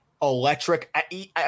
Electric